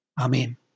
Amen